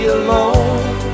alone